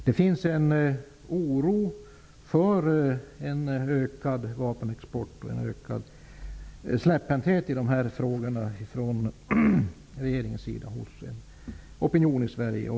Det finns en oro för en ökad vapenexport och en ökad släpphänthet i dessa frågor från regeringens sida hos en opinion i Sverige.